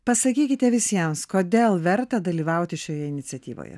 pasakykite visiems kodėl verta dalyvauti šioje iniciatyvoje